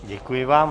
Děkuji vám.